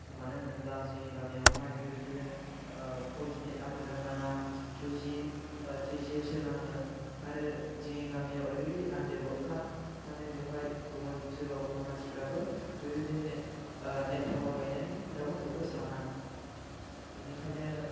मानो होनोब्ला जोंनि गामियावहाय बेबादिनो फर्थ जि नेटआ मोजां नाङा थु जि थ्रिआवसो नाङो आरो जोंनि गामियाव ओरैबायदि आनडेभल्पखा माने बेवहाय गुबुन सोरबा गुबुन मानसिफ्राबो बेबायदिनो नेट नेट टावार गायनायनि खोथाखौनो जेबो साना बिनिखायनो